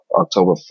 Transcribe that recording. October